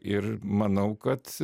ir manau kad